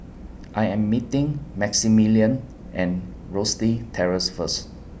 I Am meeting Maximillian and Rosyth Terrace First